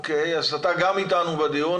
אשמח אם תישאר איתנו, ד"ר מנדלוביץ'.